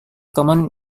common